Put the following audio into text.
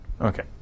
Okay